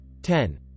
10